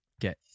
get